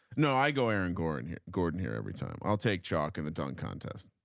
no i go aaron gordon gordon here every time i'll take chalk in the dunk contest.